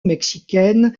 mexicaine